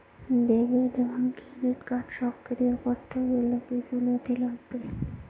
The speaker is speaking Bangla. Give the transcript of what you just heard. ডেবিট এবং ক্রেডিট কার্ড সক্রিয় করতে গেলে কিছু নথি লাগবে?